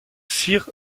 sir